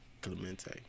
Clemente